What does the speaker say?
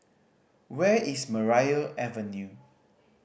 where is Maria Avenue